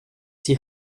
die